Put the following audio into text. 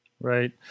Right